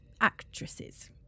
actresses